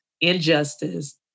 injustice